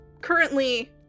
currently